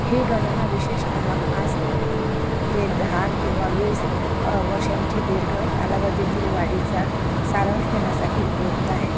ही गणना विशेषतः पास ते दहा किंवा वीस वर्षांची दीर्घ कालावधीतील वाढीचा सारांश देण्यासाठी उपयुक्त आहे